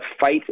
fight